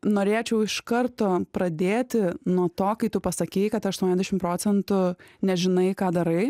norėčiau iš karto pradėti nuo to kai tu pasakei kad aštuoniasdešim procentų nežinai ką darai